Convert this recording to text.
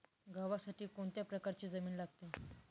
गव्हासाठी कोणत्या प्रकारची जमीन लागते?